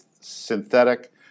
synthetic